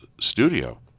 studio